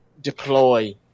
deploy